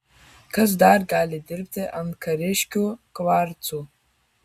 kas dar gali dirbti ant kariškių kvarcų